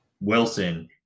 Wilson